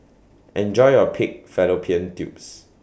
Enjoy your Pig Fallopian Tubes